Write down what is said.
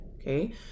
okay